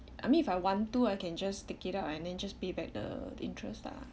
I mean if I want to I can just take it out and then just pay back the interest lah